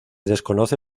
desconoce